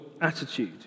attitude